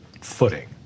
footing